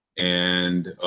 and,